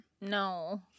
No